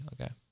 okay